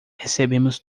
recebemos